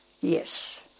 Yes